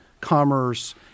commerce